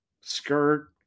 skirt